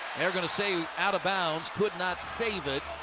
they're going to say out of bounds, could not save it.